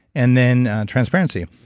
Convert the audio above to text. and then transparency,